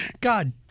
God